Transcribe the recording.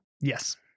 Yes